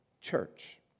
church